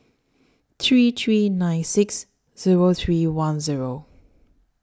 three three nine six Zero three one Zero